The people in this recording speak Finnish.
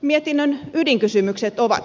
mietinnön ydinkysymykset ovat